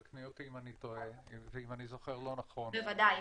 תקני אותי אם אני טועה ואם זוכר לא נכון -- בוודאי.